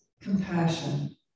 compassion